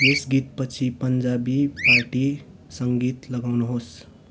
यस गीतपछि पन्जाबी पार्टी सङ्गीत लगाउनुहोस्